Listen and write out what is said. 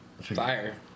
Fire